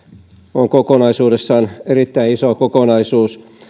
on kokonaisuudessaan erittäin iso kokonaisuus